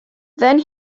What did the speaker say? then